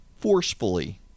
forcefully